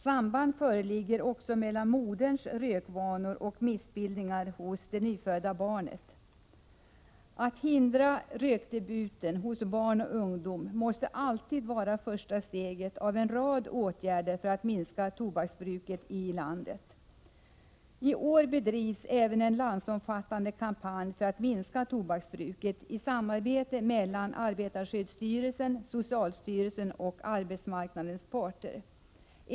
Samband föreligger också mellan moderns rökvanor och missbildningar hos det nyfödda barnet. Att hindra rökdebuten hos barn och ungdom måste alltid vara första steget av en rad åtgärder för att minska tobaksbruket i landet. I år bedrivs även en landsomfattande kampanj för att minska tobaksbruket. Den sker i samarbete mellan arbetarskyddsstyrelsen, socialstyrelsen och arbetsmarknadens parter.